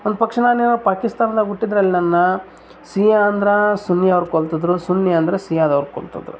ಒಂದು ಪಕ್ಷ ನಾನು ಪಾಕಿಸ್ತಾನ್ದಾಗ ಹುಟ್ಟಿದರೆ ನನ್ನ ಶಿಯಾ ಅಂದರೆ ಸುನ್ನಿಯವ್ರ್ ಕೊಲ್ತಿದ್ರು ಸುನ್ಯಾ ಅಂದ್ರೆ ಶಿಯಾದವ್ರ್ ಕೊಲ್ತಿದ್ರು